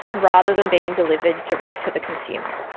rather than being delivered direct to the consumer.